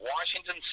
Washington